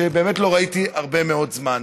שבאמת לא ראיתי הרבה מאוד זמן.